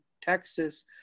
Texas